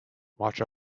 watch